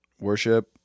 worship